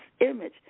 image